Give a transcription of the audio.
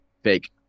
fake